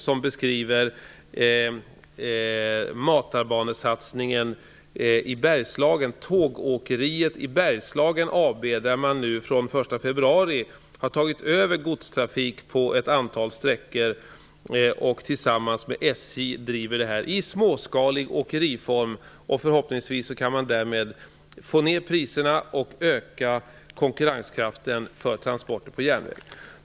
Där beskrivs matarbanesatsningen i 1 februari har man tagit över godstrafik på ett antal sträckor och driver detta i småskalig åkeriform tillsammans med SJ. Förhoppningsvis kan man därigenom få ned priserna och öka konkurrenskraften för järnvägstransporter.